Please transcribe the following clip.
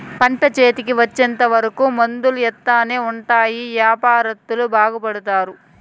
పంట చేతికి వచ్చేంత వరకు మందులు ఎత్తానే ఉంటే యాపారత్తులు బాగుపడుతారు